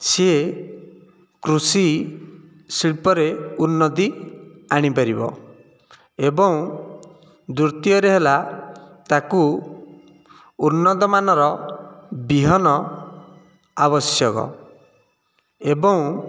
ସିଏ କୃଷି ଶିଳ୍ପରେ ଉନ୍ନତି ଆଣିପାରିବ ଏବଂ ଦ୍ଵିତୀୟରେ ହେଲା ତାକୁ ଉନ୍ନତମାନର ବିହନ ଆବଶ୍ୟକ ଏବଂ